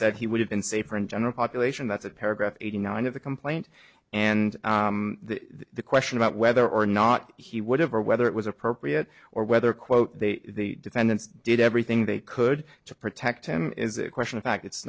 said he would have been safer in general population that's a paragraph eighty nine of the complaint and the question about whether or not he would have or whether it was appropriate or whether quote the defendants did everything they could to protect him is a question of fact it's